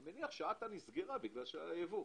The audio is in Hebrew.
אני מניח ש"אתא" נסגרה בגלל שהיה ייבוא.